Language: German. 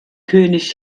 könig